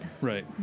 Right